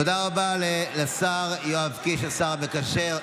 תודה רבה לשר יואב קיש, השר המקשר.